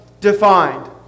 defined